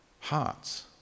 hearts